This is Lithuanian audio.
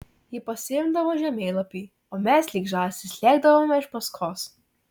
ji pasiimdavo žemėlapį o mes lyg žąsys lėkdavome iš paskos